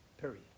Period